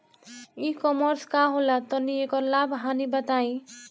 ई कॉमर्स का होला तनि एकर लाभ हानि बताई?